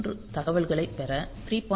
0 தகவல்களைப் பெறவும் 3